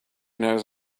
knows